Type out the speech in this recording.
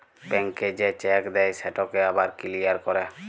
ব্যাংকে যে চ্যাক দেই সেটকে আবার কিলিয়ার ক্যরে